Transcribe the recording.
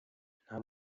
nta